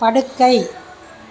படுக்கை